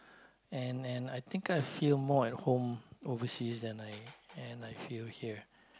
and and I think I feel more at home overseas than I than I feel here